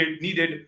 needed